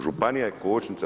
Županija je kočnica